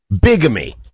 Bigamy